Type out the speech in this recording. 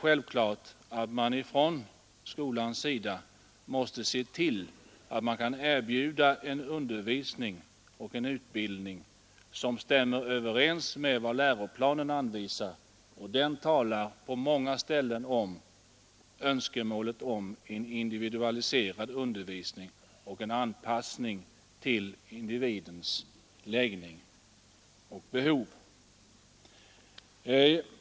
Självklart är att skolan måste kunna erbjuda en undervisning och en utbildning, som stämmer överens med vad läroplanen anvisar, och läroplanen talar på många ställen om önskemålet av en individualiserande undervisning och en anpassning av denna till individens läggning och behov.